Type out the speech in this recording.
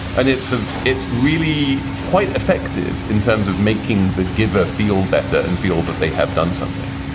and it's ah it's really quite effective in terms of making the giver feel better and feel that they have done something.